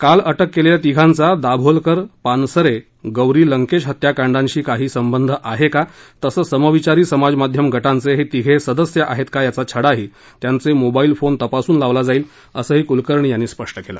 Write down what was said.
काल अटक केलेल्या तिघांचा दाभोलकर पानसरे गौरी लंकेश हत्याकांडांशी काही संबंध आहे का तसंच समविचारी समाजमाध्यम गटांचे हे तिघे सदस्य आहेत का याचा छडाही त्यांचे मोबाईल फोन तपासून लावला जाईल असंही कुलकर्णी यांनी स्पष्ट केलं